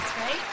right